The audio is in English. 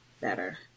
better